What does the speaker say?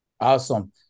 Awesome